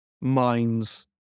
minds